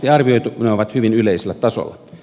ne ovat hyvin yleisellä tasolla